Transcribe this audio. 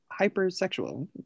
hypersexual